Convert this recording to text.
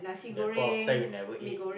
that point of time you never eat